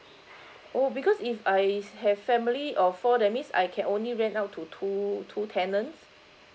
oh because if I have family of four that means I can only rent out to two two tenants